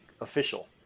official